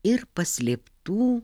ir paslėptų